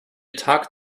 talk